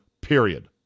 Period